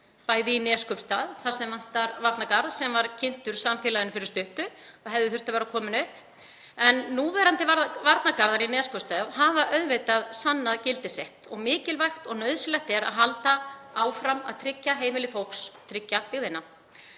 varnir í Neskaupstað þar sem vantar varnargarð sem var kynntur samfélaginu fyrir stuttu og hefði þurft að vera kominn upp, en núverandi varnargarðar í Neskaupstað hafa sannað gildi sitt. Það er mikilvægt og nauðsynlegt að halda áfram að tryggja heimili fólks, tryggja byggðina.